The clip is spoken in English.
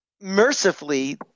Mercifully